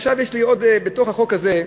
עכשיו, בתוך החוק הזה,